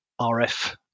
RF